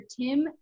Tim